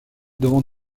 devant